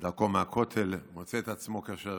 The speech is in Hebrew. בדרכו מהכותל, מוצא את עצמו מול ערבי